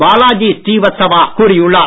பாலாஜி ஸ்ரீவத்சவா கூறியுள்ளார்